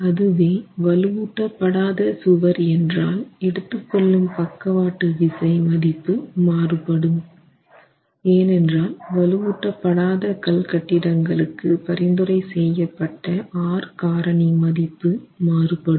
அதுவே வலுவூட்ட படாத சுவர் என்றால் எடுத்துக்கொள்ளும் பக்கவாட்டு விசை மதிப்பு மாறுபடும் ஏனென்றால் வலுவூட்ட படாத கல் கட்டிடங்களுக்கு பரிந்துரை செய்ய பட்ட R காரணி மதிப்பு மாறுபடும்